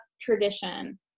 tradition